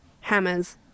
hammers